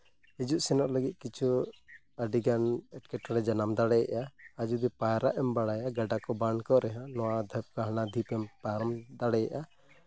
ᱦᱤᱡᱩᱜ ᱥᱮᱱᱚᱜ ᱞᱟᱹᱜᱤᱫ ᱠᱤᱪᱷᱩ ᱟᱹᱰᱤᱜᱟᱱ ᱮᱸᱴᱠᱮᱴᱚᱲᱢᱮ ᱡᱟᱱᱟᱢ ᱫᱟᱲᱮᱭᱟᱜᱼᱟ ᱟᱨ ᱡᱩᱫᱤ ᱯᱟᱭᱨᱟᱜ ᱮᱢ ᱵᱟᱲᱟᱭᱟ ᱜᱟᱰᱟ ᱠᱚ ᱵᱟᱱᱫᱷ ᱠᱚᱨᱮᱜ ᱦᱚᱸ ᱱᱚᱣᱟ ᱰᱷᱤᱯ ᱠᱷᱚᱱ ᱦᱟᱱᱟ ᱰᱷᱤᱯ ᱯᱟᱨᱚᱢ ᱫᱟᱲᱮᱭᱟᱜᱼᱟ